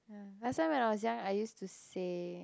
last time when I was young I used to say